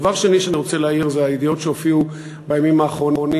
דבר שני שאני רוצה להעיר עליו הוא הידיעות שהופיעו בימים האחרונים,